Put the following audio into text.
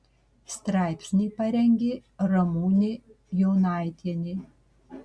straipsnį parengė ramūnė jonaitienė